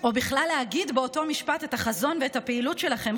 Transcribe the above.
או בכלל להגיד באותו משפט את החזון ואת הפעילות שלכם,